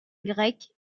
grecs